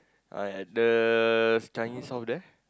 I at the Chinese store there